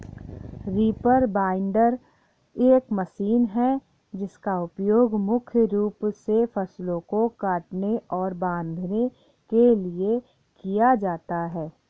reaper binder एक machine है जिसका उपयोग मुख्य रूप से फसलों को काटने और बांधने के लिए किया जाता है